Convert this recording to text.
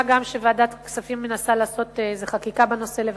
מה גם שוועדת כספים מנסה לעשות חקיקה בנושא הזה,